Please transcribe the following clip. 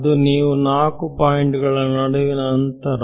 ಅದು ನೀವು 4 ಪಾಯಿಂಟು ಗಳ ನಡುವೆ ನಡುವಿನ ಅಂತರ